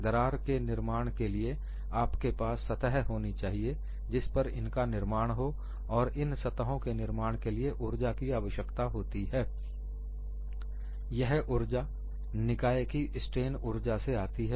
दरार के निर्माण के लिए आपके पास सतह होनी चाहिए जिस पर इनका निर्माण हो और इन सतहों के निर्माण के लिए ऊर्जा की आवश्यकता होती है यह ऊर्जा निकाय की स्ट्रेन ऊर्जा से आती है